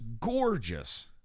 gorgeous